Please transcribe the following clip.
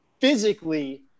physically